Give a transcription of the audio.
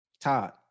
Todd